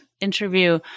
interview